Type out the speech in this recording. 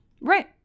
Right